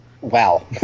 Wow